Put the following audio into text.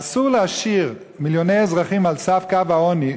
אסור להשאיר מיליוני אזרחים על סף קו העוני,